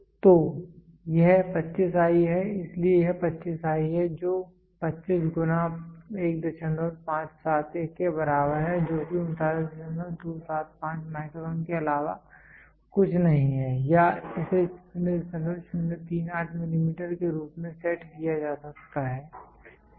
तो यह 25 i है इसलिए यह 25 i है जो 25 गुना 1571 के बराबर है जो कि 39275 माइक्रोन के अलावा कुछ नहीं है या इसे 0038 मिलीमीटर के रूप में सेट किया जा सकता है ठीक है